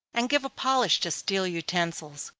and give a polish to steel utensils.